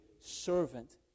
servant